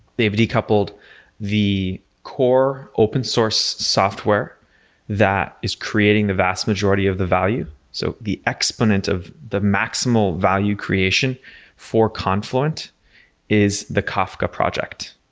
they've decoupled the core open source software that is creating the vast majority of the value. so, the exponent of the maximal value creation for confluent is the kafka project.